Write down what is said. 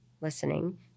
listening